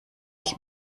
ich